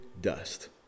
dust